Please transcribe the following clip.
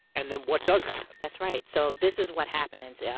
and then what does happen? that's right. so this is what happens. yeah